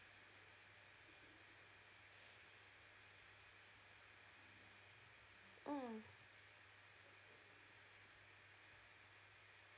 mm